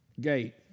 gate